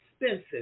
expensive